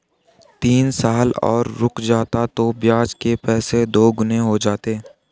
तीन साल और रुक जाता तो ब्याज के पैसे दोगुने हो जाते